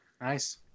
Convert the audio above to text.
nice